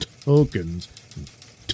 tokens